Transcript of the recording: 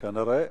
כנראה.